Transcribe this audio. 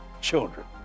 Children